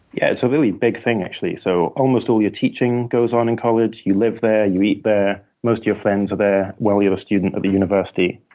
yeah, it's a really big thing, actually. so almost all your teaching goes on in college, you live there, you eat there, most of your friends are there while you're a student of the university.